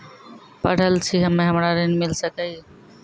पढल छी हम्मे हमरा ऋण मिल सकई?